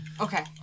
Okay